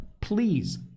please